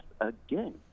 again